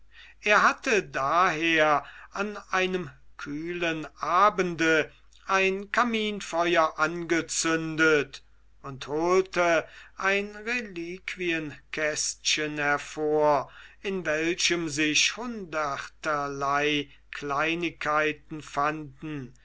er hatte daher an einem kühlen abende ein kaminfeuer angezündet und holte ein reliquienkästchen hervor in welchem sich hunderterlei kleinigkeiten fanden